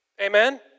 amen